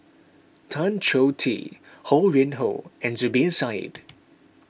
Tan Choh Tee Ho Yuen Hoe and Zubir Said